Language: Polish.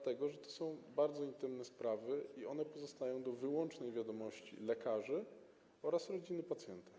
To są bardzo intymne sprawy, które pozostają do wyłącznej wiadomości lekarzy oraz rodziny pacjenta.